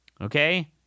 Okay